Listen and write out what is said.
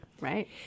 right